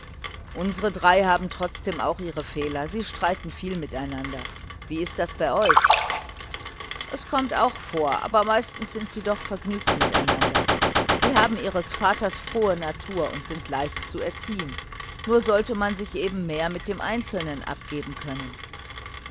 unsere drei haben trotzdem auch ihre fehler sie streiten viel miteinander wie ist das bei euch es kommt auch vor aber meistens sind sie doch vergnügt miteinander sie haben ihres vaters frohe natur und sind leicht zu erziehen nur sollte man sich eben mehr mit dem einzelnen abgeben können